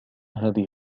هذه